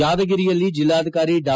ಯಾದಗಿರಿಯಲ್ಲಿ ಜಿಲ್ಲಾಧಿಕಾರಿ ಡಾ